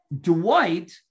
Dwight